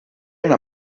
una